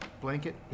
blanket